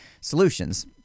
solutions